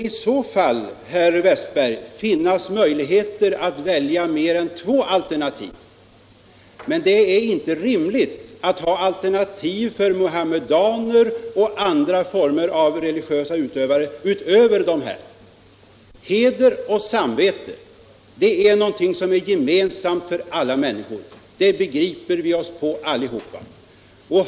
I så fall borde det ju ges möjlighet att välja mellan mer än två alternativ, men det är inte rimligt att ha ytterligare alternativ för muhammedaner och utövare av andra religioner. Heder och samvete — det är någonting gemensamt för alla människor, det begriper vi oss alla på.